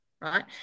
right